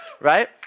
right